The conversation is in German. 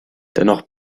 dennoch